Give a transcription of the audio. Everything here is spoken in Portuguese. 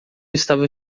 estava